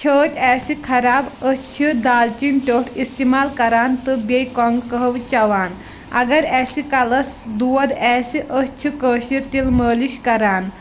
چھٲتۍ آسہِ خراب أسۍ چھِ دالچیٖن ٹٮ۪وٚٹھ استعمال کَران تہٕ بیٚیہِ کۄنٛگ قہوٕ چٮ۪وان اگر اَسہِ کَلَس دود آسہِ أسۍ چھِ کٲشِر تِلہٕ مٲلِش کَران